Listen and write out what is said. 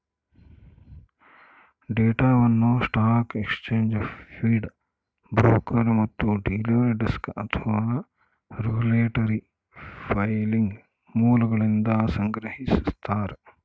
ಡೇಟಾವನ್ನು stock exchange feed broker ಮತ್ತು dealer desk ಅಥವಾ ರೆಗ್ಯುಲೇಟರಿ ಫೈಲಿಂಗ್ ಮೂಲಗಳಿಂದ ಸಂಗ್ರಹಿಸ್ತಾರ